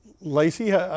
Lacey